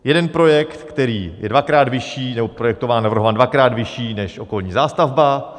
Jeden projekt, který je dvakrát vyšší nebo projektován, navrhován dvakrát vyšší než okolní zástavba.